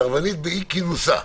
סרבנית באי כינוסה.